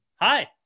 Hi